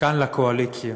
כאן לקואליציה.